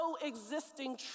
coexisting